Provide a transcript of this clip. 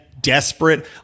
desperate